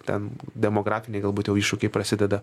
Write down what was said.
ten demografiniai galbūt jau iššūkiai prasideda